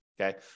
okay